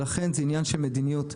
לכן זה עניין של מדיניות.